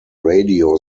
radio